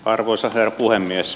arvoisa herra puhemies